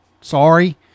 sorry